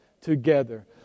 together